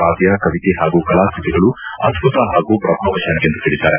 ಕಾವ್ಯ ಕವಿತೆ ಹಾಗೂ ಕಲಾಕೃತಿಗಳು ಅದ್ಭುತ ಹಾಗೂ ಪ್ರಭಾವಶಾಲಿ ಎಂದು ಹೇಳದ್ದಾರೆ